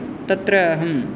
तत्र अहम्